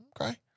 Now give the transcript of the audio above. Okay